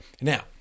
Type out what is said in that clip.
Now